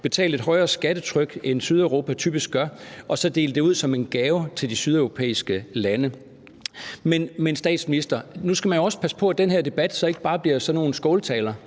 betale et højere skattetryk, end de typisk gør i Sydeuropa, og så dele det ud som en gave til de sydeuropæiske lande. Men, statsminister, nu skal man jo også passe på, at den her debat så ikke bare bliver sådan nogle skåltaler,